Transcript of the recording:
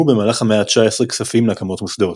במהלך המאה ה-19 כספים להקמת מוסדות,